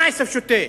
מה עשב שוטה?